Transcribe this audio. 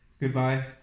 goodbye